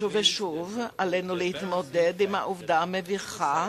שוב ושוב עלינו להתמודד עם העובדה המביכה